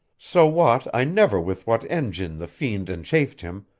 so wot i never with what engyn the fiend enchafed him,